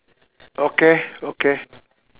okay okay